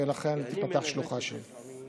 ולכן תיפתח שלוחה שם.